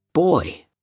Boy